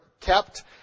kept